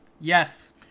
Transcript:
yes